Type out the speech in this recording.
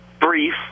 Brief